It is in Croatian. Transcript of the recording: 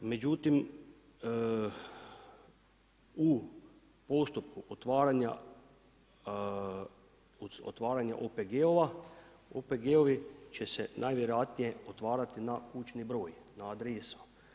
Međutim, u postupku otvaranja OPG-ova, OPG-ovi će se najvjerojatnije otvarati na kućni broj, na adresu.